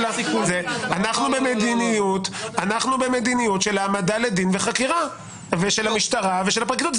--- אנחנו במדיניות של העמדה לדין וחקירה ושל המשטרה ושל הפרקליטות.